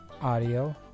Audio